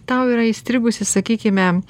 tau yra įstrigusi sakykime